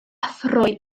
throi